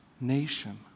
nation